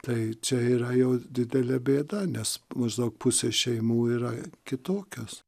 tai čia yra jau didelė bėda nes maždaug pusė šeimų yra kitokios